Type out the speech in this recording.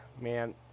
man